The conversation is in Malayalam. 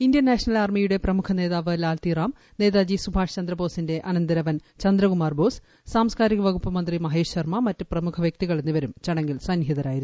ഇന്ത്യൻ നാഷണൽ ആർമിയുടെ പ്രമുഖ വൃക്തി ലാ്ൽതി റാം നേതാജി സുബാഷ് ചന്ദ്രബോസിന്റെ അനന്തിരിവ്യൻ ചന്ദ്രകുമാർ ബോസ് സാംസ്കാരിക വകുപ്പ് മൃത്തി മഹേഷ് ശർമ്മ മറ്റുപ്രമുഖ വ്യക്തികൾ എന്നിവരും ച്ച്ടങ്ങിൽ സന്നിഹിതരായിരുന്നു